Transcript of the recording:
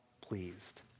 pleased